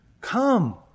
Come